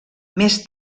més